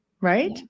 Right